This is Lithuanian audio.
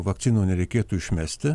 vakcinų nereikėtų išmesti